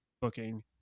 booking